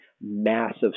massive